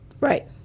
Right